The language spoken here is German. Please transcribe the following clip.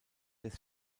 des